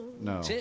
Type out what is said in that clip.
No